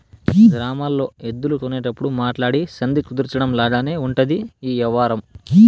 గ్రామాల్లో ఎద్దులు కొనేటప్పుడు మాట్లాడి సంధి కుదర్చడం లాగానే ఉంటది ఈ యవ్వారం